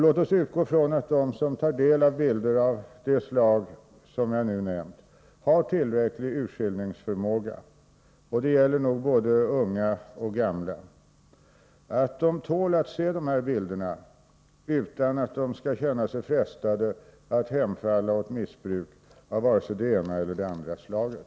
Låt oss utgå från att de som tar del av bilder av det slag som jag nu nämnt har tillräcklig urskillningsförmåga — det gäller nog både unga och gamla — för att tåla att se dessa bilder utan att känna sig frestade att hemfalla åt missbruk av vare sig det ena eller det andra slaget.